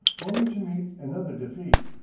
only to meet another defeat.